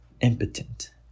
impotent